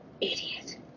Idiot